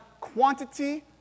quantity